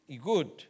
Good